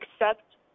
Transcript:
accept